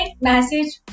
message